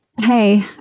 Hey